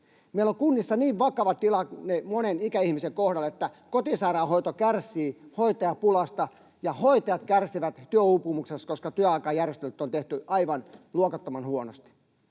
Meillä on kunnissa vakava tilanne monen ikäihmisen kohdalla, kun kotisairaanhoito kärsii hoitajapulasta, ja hoitajat kärsivät työuupumuksesta, koska työaikajärjestelyt on tehty aivan luokattoman huonosti.